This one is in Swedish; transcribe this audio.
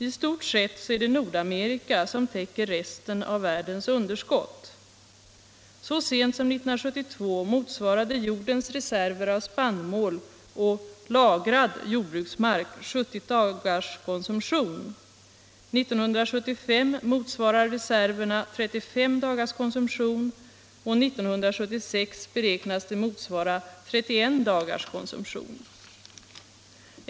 I stort sett är det Nordamerika som täcker resten av världens underskott. Så sent som 1972 motsvarades jordens reserver av spannmål och ”lagrad” jordbruksmark 70 dagars konsumtion. 1975 motsvarar reserverna 35 dagars konsumtion och 1976 beräknas de motsvara 31 dagars konsumtion.